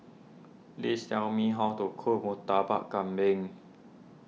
please tell me how to cook Murtabak Kambing